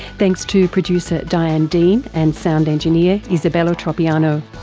thanks to producer diane dean and sound engineer isabella tropiano.